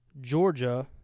georgia